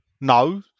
No